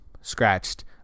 scratched